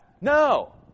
No